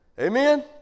Amen